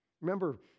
Remember